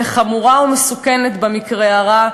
וחמורה ומסוכנת במקרה הרע,